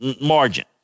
margin